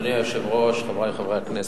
אדוני היושב-ראש, חברי חברי הכנסת,